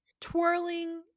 twirling